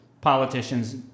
politicians